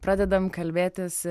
pradedam kalbėtis